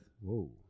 Whoa